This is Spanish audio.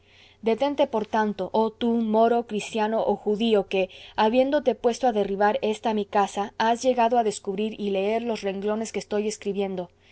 detente por tanto oh tú moro cristiano o judío que habiéndote puesto a derribar esta mi casa has llegado a descubrir y leer los renglones que estoy escribiendo